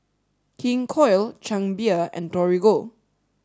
King Koil Chang Beer and Torigo